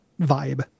vibe